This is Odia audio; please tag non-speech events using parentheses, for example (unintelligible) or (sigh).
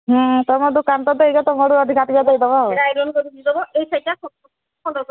ତମ ଦୋକାନ ତ ଦେଇଛ ତମ ଆଡ଼ୁ ଅଧିକା ଟିକେ ଦେଇଦବ (unintelligible)